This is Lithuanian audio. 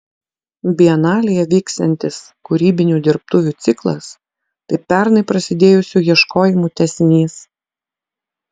bienalėje vyksiantis kūrybinių dirbtuvių ciklas tai pernai prasidėjusių ieškojimų tęsinys